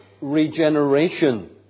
regeneration